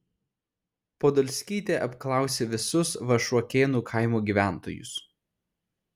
podolskytė apklausė visus vašuokėnų kaimo gyventojus